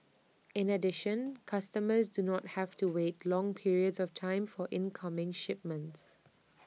in addition customers do not have to wait long periods of time for incoming shipments